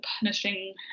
punishing